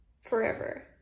forever